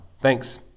Thanks